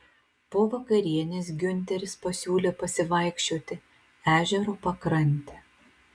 po vakarienės giunteris pasiūlė pasivaikščioti ežero pakrante